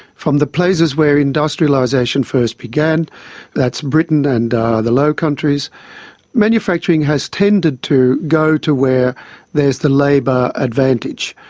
from the places where industrialisation first began that's britain and the low countries manufacturing has tended to go to where there's the labour advantage.